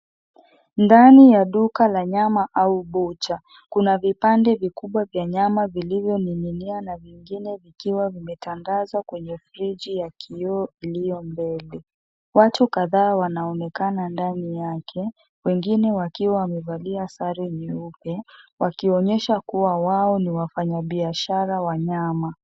Ndani ya duka la nyama au bucha kuna vipande vikubwa vya nyama vilivyoninginia na vingine vikiwa vimetandazwa kwenye freji yenye kioo iliyo mbele ,watu kadhaa wanaonekana ndani yake wengine wakiwa wamevallia sare nyeupe wakionyesha kuwa wao ni wafanya biashara wa nyama.